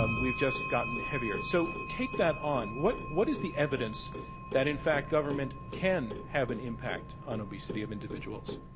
um we've just gotten heavier. so take that on. what what is the evidence that in fact government can have an impact on obesity of individuals?